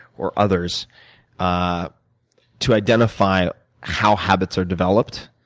or others ah to identify how habits are developed,